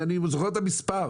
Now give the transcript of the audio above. ואני זוכר את המספר,